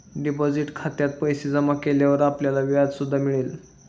deposit खात्यात पैसे जमा केल्यावर आपल्याला व्याज सुद्धा मिळेल